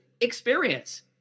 experience